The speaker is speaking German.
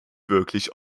wirklich